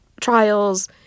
trials